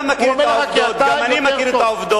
אתה מכיר את העובדות, וגם אני מכיר את העובדות.